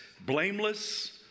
blameless